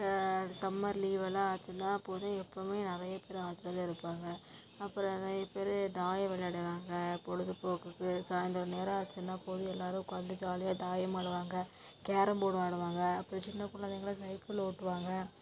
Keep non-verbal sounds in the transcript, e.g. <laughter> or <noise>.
summer leave எல்லாம் ஆச்சின்னா போதும் எப்பவுமே நிறைய பேர் ஆத்தில் தான் இருப்பாங்க அப்பறம் நிறைய பேர் தாயம் விளையாடுவாங்க பொழுதுபோக்குக்கு சாயந்தரம் நேரம் ஆச்சின்னா போதும் எல்லாரும் உக்காந்து ஜாலியாக தாயம் ஆடுவாங்க கேரம் போர்டு ஆடுவாங்க அப்புறோம் சின்ன பிள்ளை <unintelligible> சைக்கிள் ஓட்டுவாங்க